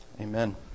Amen